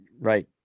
Right